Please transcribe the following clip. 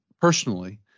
personally